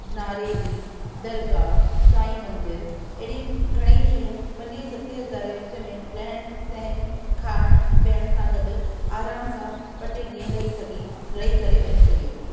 नारेली दरगाह सांई मंदिर अहिड़ियूं घणईं शयूं पंजे या सते हज़ार जे विच में रहन सहन खाइण पीअण सां गॾु आराम सां ॿ टे ॾींहं रही सघीं रही करे वञी सघे थो